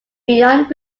beyond